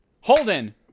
holden